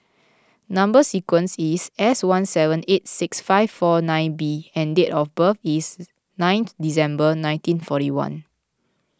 Number Sequence is S one seven eight six five four nine B and date of birth is ninth December nineteen forty one